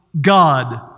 God